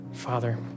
Father